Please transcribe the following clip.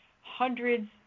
hundreds